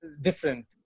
different